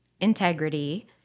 Integrity